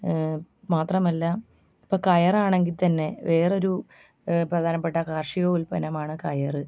മാത്രമല്ല ഇപ്പം കയറാണെങ്കിൽ തന്നെ വേറൊരു പ്രധാനപ്പെട്ട കാർഷിക ഉത്പന്നമാണ് കയർ